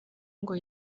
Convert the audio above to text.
ngo